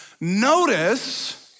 Notice